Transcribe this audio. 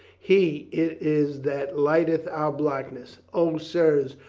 he it is that lighteneth our blackness. o, sirs,